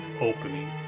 opening